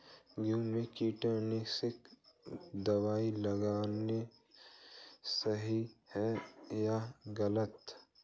गेहूँ में कीटनाशक दबाई लगाना सही है या गलत?